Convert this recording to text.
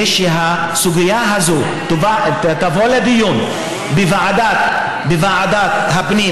כדי שהסוגיה הזאת תובא לדיון לעומק בוועדת הפנים.